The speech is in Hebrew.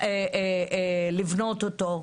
לבנות אותו?